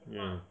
mm